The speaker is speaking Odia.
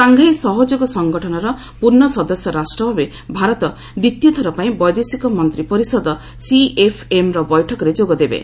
ସାଂଘାଇ ସହଯୋଗ ସଂଗଠନର ପୂର୍ଣ୍ଣ ସଦସ୍ୟ ରାଷ୍ଟ୍ର ଭାବେ ଭାରତ ଦ୍ୱିତୀୟ ଥର ପାଇଁ ବୈଦେଶିକ ମନ୍ତ୍ରୀ ପରିଷଦ ସିଏଫ୍ଏମ୍ର ବୈଠକରେ ସେ ଯୋଗ ଦେବେ